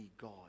God